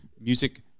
music